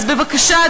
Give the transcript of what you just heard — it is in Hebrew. אז בבקשה,